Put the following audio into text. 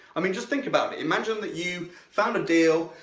i mean just think about it. imagine that you found a deal,